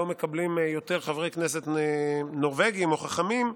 לא מקבלים יותר חברי כנסת נורבגים או חכ"מים,